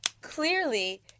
clearly